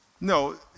No